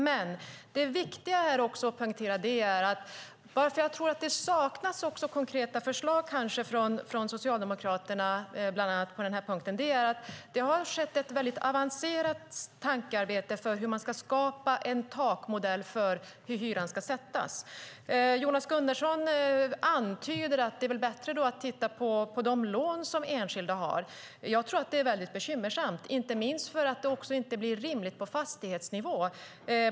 Anledningen till att det saknas konkreta förslag från Socialdemokraterna, bland annat på den här punkten, kanske är att det skett ett avancerat tankearbete kring hur man skapar en takmodell för hur hyran ska sättas. Jonas Gunnarsson antyder att det är bättre att titta på de lån som enskilda har. Jag tror att det är väldigt bekymmersamt, inte minst för att det inte blir rimligt på fastighetsnivå.